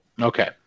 Okay